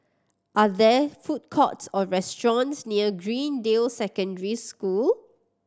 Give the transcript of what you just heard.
are there food courts or restaurants near Greendale Secondary School